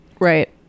Right